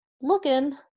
looking